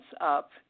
up